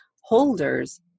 holders